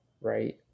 right